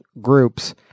groups